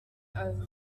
ouse